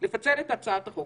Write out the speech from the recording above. את הצעת החוק.